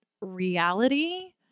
reality